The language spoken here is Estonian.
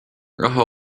raha